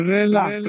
Relax